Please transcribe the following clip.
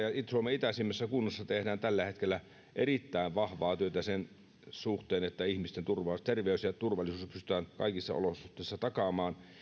ja sielläkin suomen itäisimmässä kunnassa tehdään tällä hetkellä erittäin vahvaa työtä sen suhteen että ihmisten terveys ja turvallisuus pystytään kaikissa olosuhteissa takaamaan